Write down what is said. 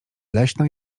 leśna